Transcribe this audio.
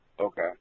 okay